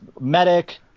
medic